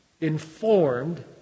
informed